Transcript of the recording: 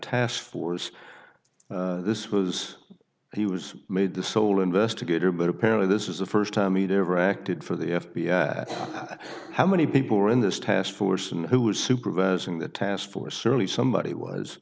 task force this was he was made the sole investigator but apparently this is the first time media overacted for the f b i how many people were in this task force and who was supervising the task force early somebody was